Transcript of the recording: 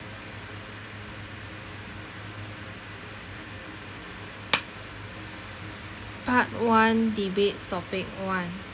part one debate topic one